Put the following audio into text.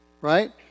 Right